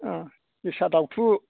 जोसा दावथु